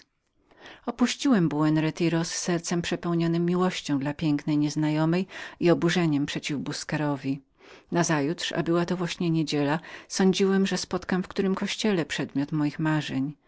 opuściłem buen retiro z sercem przepełnionem miłością dla pięknej nieznajomej i oburzeniem przeciw busquerowi nazajutrz a była to właśnie niedziela sądziłem że spotkam w którym kościele przedmiot moich marzeń